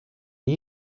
nii